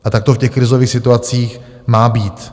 A tak to v těch krizových situacích má být.